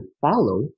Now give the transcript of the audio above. Follow